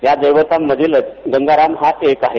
या दक्तिांमधीलच गंगाराम हा एक आहे